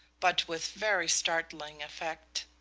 but with very startling effect.